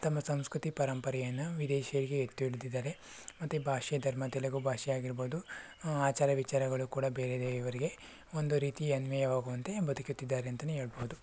ನಮ್ಮ ಸಂಸ್ಕೃತಿ ಪರಂಪರೆಯನ್ನು ವಿದೇಶಿಗರಿಗೆ ಎತ್ತಿ ಹಿಡಿದಿದ್ದಾರೆ ಮತ್ತೆ ಭಾಷೆ ಧರ್ಮ ತೆಲುಗು ಭಾಷೆ ಆಗಿರಬಹುದು ಆಚಾರ ವಿಚಾರಗಳು ಕೂಡ ಬೇರೆಯವರಿಗೆ ಒಂದು ರೀತಿ ಅನ್ವಯವಾಗುವಂತೆ ಬದುಕುತ್ತಿದ್ದಾರೆ ಅಂತಲೇ ಹೇಳಬಹುದು